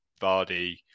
Vardy